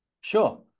Sure